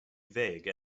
vague